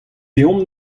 deomp